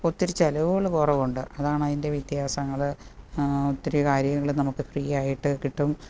ഒത്തിരി ചിലവുകൾ കുറവുണ്ട് അതാണതിൻ്റെ വ്യത്യാസങ്ങൾ ഒത്തിരി കാര്യങ്ങൾ നമുക്ക് ഫ്രീ ആയിട്ടുകിട്ടും